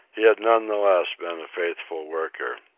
he had none the less been a faithful worker.